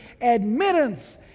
admittance